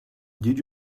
did